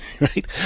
right